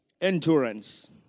endurance